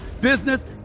business